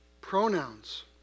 pronouns